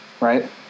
Right